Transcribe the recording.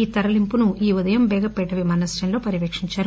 ఈ తరలింపును ఈ ఉదయం బేగంపేట్ విమానశ్రయంలో పర్వపేకించారు